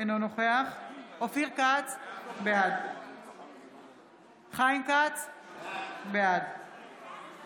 אינו נוכח אופיר כץ, בעד חיים כץ, בעד